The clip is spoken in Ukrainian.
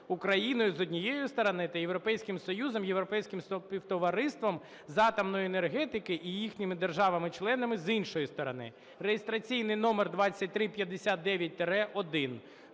Україною, з однієї сторони, та ЄС, Європейським співтовариством з атомної енергетики і їхніми державами-членами, з іншої сторони (реєстраційний номер 2359-1).